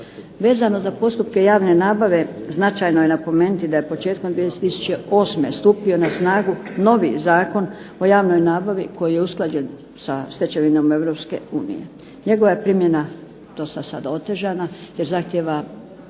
Vezano za postupke javne nabave značajno je napomenuti da je početkom 2008. stupio na snagu novi Zakon o javnoj nabavi koji je usklađen sa stečevinama Europske unije. Njegova je primjena dosta sada otežana jer zahtijeva